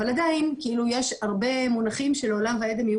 אבל עדיין יש הרבה מונחים שלעולם ועד הם יהיו